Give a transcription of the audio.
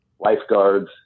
lifeguards